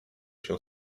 się